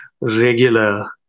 regular